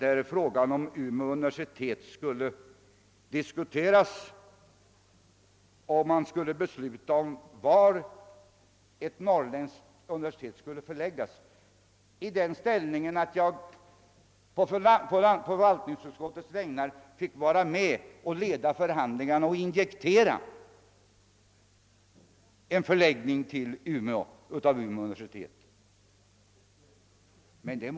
När frågan om förläggningen av ett norrländskt universitet skulle avgöras befann jag mig i den ställningen, att jag å förvaltningsutskottets vägnar fick leda de förhandlingar, varvid förläggningen till Umeå projekterades.